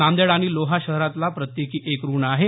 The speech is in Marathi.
नांदेड आणि लोहा शहरातला प्रत्येकी एक रुग्ण आहे